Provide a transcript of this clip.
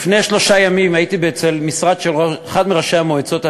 לפני שלושה ימים הייתי במשרד של אחד מראשי המועצות האזוריות,